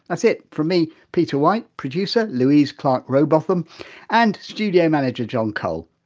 that's it from me peter white, producer louise clarke-rowbotham and studio manager john cole.